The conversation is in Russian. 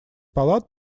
палат